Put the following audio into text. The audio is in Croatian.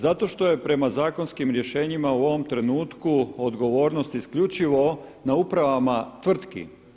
Zato što je prema zakonskim rješenjima u ovom trenutku odgovornost isključivo na upravama tvrtki.